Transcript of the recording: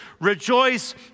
rejoice